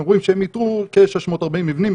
הם אומרים שהם איתרו כ-640 מבנים,